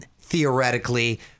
theoretically